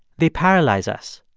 they paralyze us.